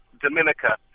Dominica